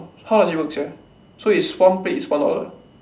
how does it work sia so it's one plate it's one dollar